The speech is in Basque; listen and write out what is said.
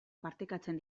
partekatzen